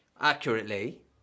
accurately